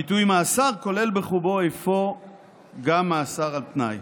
הביטוי "מאסר" כולל בחובו אפוא גם מאסר על תנאי.